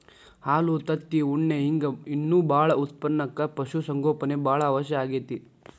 ಹಾಲು ತತ್ತಿ ಉಣ್ಣಿ ಹಿಂಗ್ ಇನ್ನೂ ಬಾಳ ಉತ್ಪನಕ್ಕ ಪಶು ಸಂಗೋಪನೆ ಬಾಳ ಅವಶ್ಯ ಆಗೇತಿ